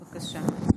בבקשה.